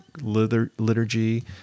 liturgy